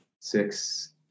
six